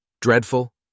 Dreadful